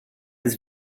ist